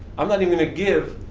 i'm not even gonna give.